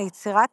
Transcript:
ליצירת